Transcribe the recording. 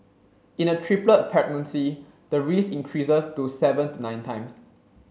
in a triplet pregnancy the risk increases to seven to nine times